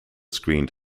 screened